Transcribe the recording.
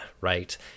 right